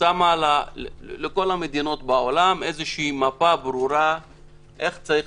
שמה לכל המדינות בעולם מפה ברורה איך צריך